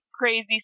crazy